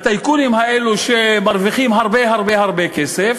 הטייקונים האלו שמרוויחים הרבה הרבה הרבה כסף,